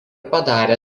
padarė